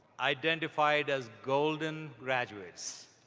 identified as golden graduates.